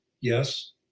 Yes